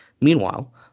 Meanwhile